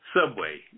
Subway